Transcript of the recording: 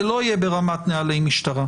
זה לא יהיה ברמת נהלי משטרה.